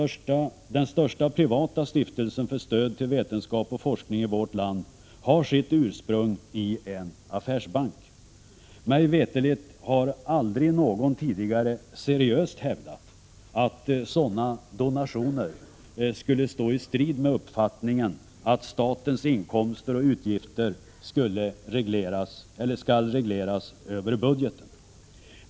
Den största privata stiftelsen till stöd för vetenskap och forskning i vårt land har sitt ursprung i en affärsbank. Mig veterligt har aldrig någon tidigare seriöst hävdat att sådana donationer skulle stå i strid med uppfattningen att statens inkomster och utgifter skall regleras över budgeten.